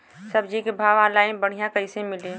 सब्जी के भाव ऑनलाइन बढ़ियां कइसे मिली?